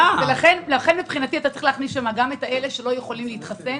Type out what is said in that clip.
לכן לדעתי אתה צריך להכניס לשם גם את אלה שלא יכולים להתחסן,